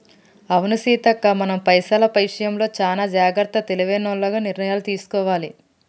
అవును సీతక్క మనం పైసల విషయంలో చానా జాగ్రత్తగా తెలివైనోల్లగ నిర్ణయాలు తీసుకోవాలి